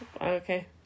Okay